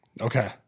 okay